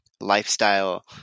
lifestyle